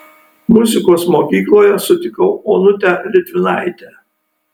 muzikos mokykloje sutikau onutę litvinaitę